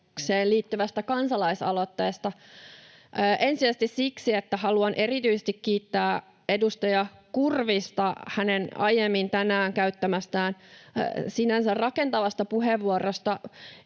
liittyvästä kansalaisaloitteesta — ensisijaisesti siksi, että haluan erityisesti kiittää edustaja Kurvista hänen aiemmin tänään käyttämästään, sinänsä rakentavasta puheenvuorosta.